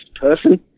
person